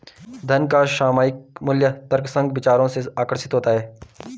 धन का सामयिक मूल्य तर्कसंग विचार से आकर्षित होता है